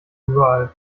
überall